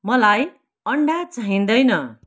मलाई अन्डा चाहिँदैन